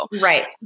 Right